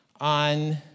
on